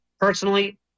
personally